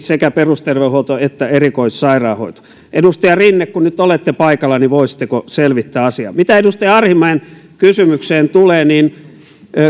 sekä perusterveydenhuolto että erikoissairaanhoito edustaja rinne kun nyt olette paikalla niin voisitteko selvittää asian mitä edustaja arhinmäen kysymykseen tulee niin